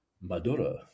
Madura